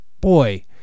boy